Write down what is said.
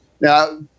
Now